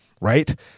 right